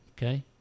Okay